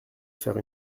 faire